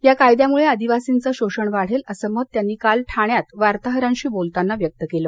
या कायद्यामुळे आदिवासींचं शोषण वाढेल असं मत त्यांनी काल ठाण्यात वार्ताहरांशी बोलताना व्यक्त केलं